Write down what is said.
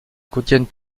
contiennent